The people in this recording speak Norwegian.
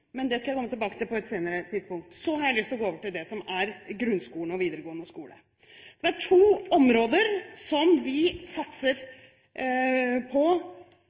Men det skal jeg komme tilbake til på et senere tidspunkt. Så har jeg lyst til å gå over til det som gjelder grunnskolen og videregående skole. Det er to områder som vi satser på